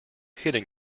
hitting